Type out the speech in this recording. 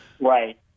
Right